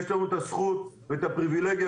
יש לנו הזכות והפריבילגיה,